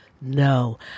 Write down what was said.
no